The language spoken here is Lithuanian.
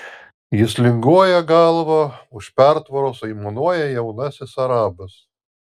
jis linguoja galva už pertvaros aimanuoja jaunasis arabas